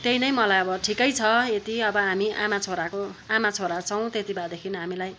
त्यही नै मलाई अब ठिकै छ यति अब हामी आमा छोराको आमा छोरा छौँ त्यति भएदेखि हामीलाई